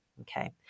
okay